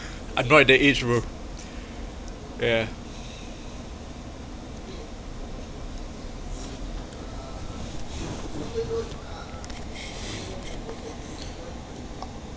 I'd bought it at that age bro yeah